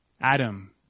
Adam